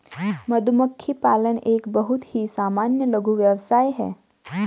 मधुमक्खी पालन एक बहुत ही सामान्य लघु व्यवसाय है